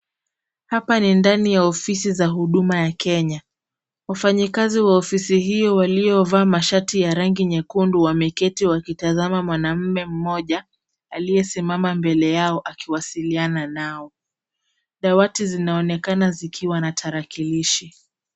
Hpa ni ndani ya ofisi za huduma ya Kenya. Wafanyikazi wa ofisi hii waliovaa mashati ya rangi nyekundu wameketi wakitazama mwanaume mmoja, aliyesimama mbele yao akiwasiliana nao. Dawati zinaonekana zikiwa na tarakilishi.